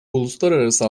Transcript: uluslararası